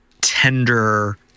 tender